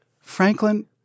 Franklin